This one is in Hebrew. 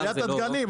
עליית הדגנים,